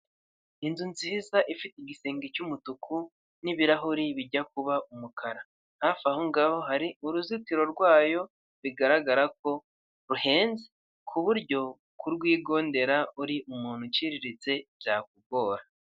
Inzu nziza ifite igisenge cy'umutuku n'ibirahuri bijya kuba umukara, hafi aho ngaho hari uruzitiro rwayo bigaragara ko ruhenze, ku buryo kurwigondera uri umuntu uciriritse byakugora.